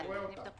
אני רואה אותם.